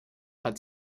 hat